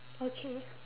okay ya